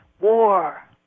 war